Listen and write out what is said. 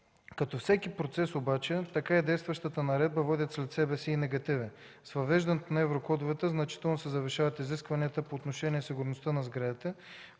Както всеки процес обаче, така и действащата наредба водят след себе си и негативи. С въвеждането на еврокодовете значително се завишават изискванията по отношение сигурността на сградите,